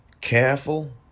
careful